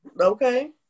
Okay